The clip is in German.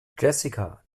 jessica